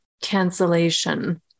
cancellation